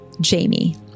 Jamie